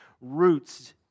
roots